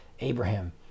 Abraham